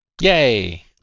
yay